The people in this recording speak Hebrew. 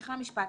תתייחסו.